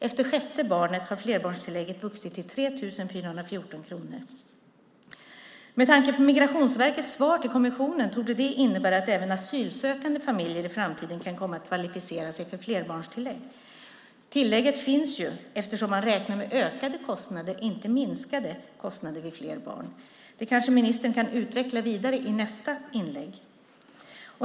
Efter det sjätte barnet har flerbarnstillägget vuxit till 3 414 kronor. Med tanke på Migrationsverkets svar till kommissionen torde det innebära att även asylsökande familjer i framtiden kan komma att kvalificera sig för flerbarnstillägg. Tillägget finns ju eftersom man räknar med ökade kostnader, inte minskade, vid fler barn. Det kanske ministern kan utveckla vidare i nästa inlägg?